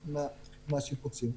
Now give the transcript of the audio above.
מהשיפוצים.